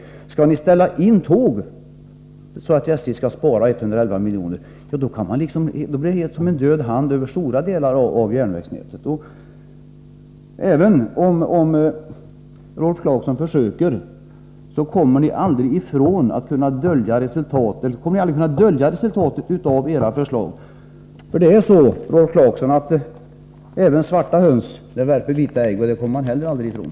Skall ni ställa in tågen i så stor utsträckning att SJ kan spara 111 milj.kr. blir det som en död hand över stora delar av järnvägsnätet. Även om Rolf Clarkson försöker, kommer ni aldrig att kunna dölja resultatet av era förslag. Även svarta höns värper vita ägg, Rolf Clarkson, och det går heller aldrig att dölja.